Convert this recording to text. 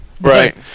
Right